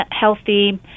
healthy